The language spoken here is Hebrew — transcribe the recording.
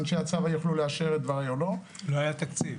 אנשי הצבא יוכלו לאשר את דבריי או לא -- לא היה תקציב,